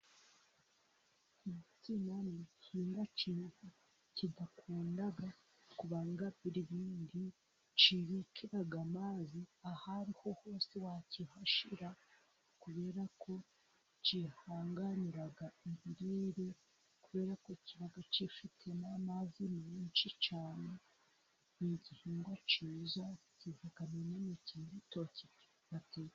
Insina ni igihingwa cyiza kidakunda kubangamira ibindi. cyibikirara amazi. Aho ariho hose wakihashyira kubera ko cyihanganira ibirere, kubera ko kiba cyifitiye n'amazi menshi cyane. Ni igihingwa cyiza kivamo imineke y'ibitoki...